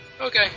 Okay